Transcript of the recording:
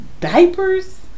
diapers